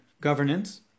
governance